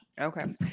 Okay